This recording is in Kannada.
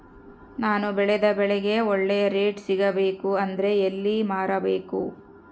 ನಾನು ಬೆಳೆದ ಬೆಳೆಗೆ ಒಳ್ಳೆ ರೇಟ್ ಸಿಗಬೇಕು ಅಂದ್ರೆ ಎಲ್ಲಿ ಮಾರಬೇಕು?